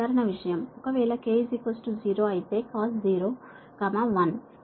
ఒకవేళ k 0 అయితే cos 0 1